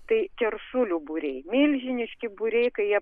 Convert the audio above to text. tai keršulių būriai milžiniški būriai kai jie